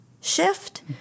shift